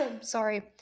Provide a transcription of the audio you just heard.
sorry